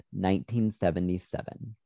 1977